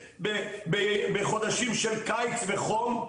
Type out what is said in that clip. בחודשים של קיץ וחום,